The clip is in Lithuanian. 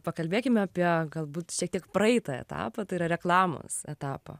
pakalbėkime apie galbūt šiek tiek praeitą etapą tai yra reklamos etapą